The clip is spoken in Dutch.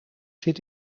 zit